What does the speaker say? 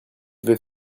devez